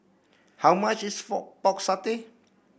how much is fork Pork Satay